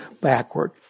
backward